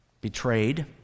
betrayed